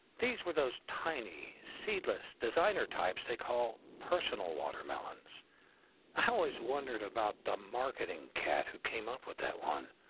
these were those tiny, seedless, designer types they call personal watermelons i always wondered about the marketing cad who came up with that one,